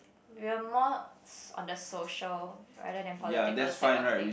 you are more on the social rather than political side of thing